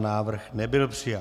Návrh nebyl přijat.